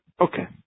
Okay